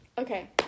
Okay